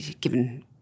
given